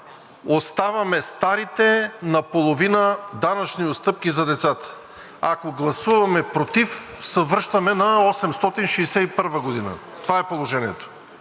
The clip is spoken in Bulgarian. оставяме старите наполовина данъчни отстъпки за децата. Ако гласуваме против, се връщаме на 861 г. Това е положението!